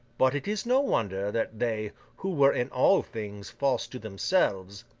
but, it is no wonder, that they, who were in all things false to themselves,